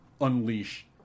unleash